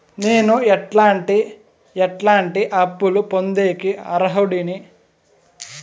నేను ఎట్లాంటి ఎట్లాంటి అప్పులు పొందేకి అర్హుడిని?